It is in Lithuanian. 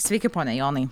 sveiki pone jonai